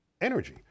energy